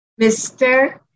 Mr